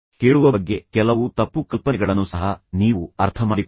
ಕೇಳುವ ಬಗ್ಗೆ ಕೆಲವು ತಪ್ಪು ಕಲ್ಪನೆಗಳನ್ನು ಸಹ ನೀವು ಅರ್ಥಮಾಡಿಕೊಳ್ಳಬೇಕು